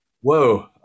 whoa